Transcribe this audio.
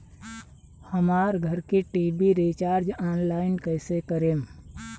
हमार घर के टी.वी रीचार्ज ऑनलाइन कैसे करेम?